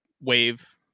wave